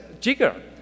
jigger